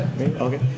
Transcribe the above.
Okay